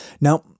Now